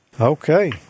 okay